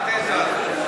תפתח את התזה הזאת.